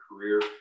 career